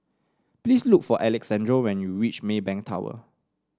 please look for Alexandro when you reach Maybank Tower